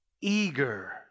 eager